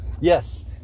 yes